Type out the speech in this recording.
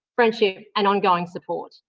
friendship and ongoing support.